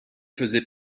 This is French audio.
faisait